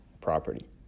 property